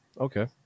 Okay